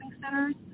centers